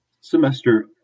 semester